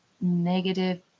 negative